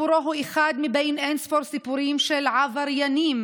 סיפורו הוא אחד מבין אין-ספור סיפורים של "עבריינים",